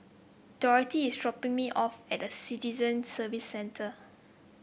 Dorothy is dropping me off at the Citizen Services Centre